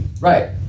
Right